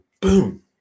boom